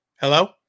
Hello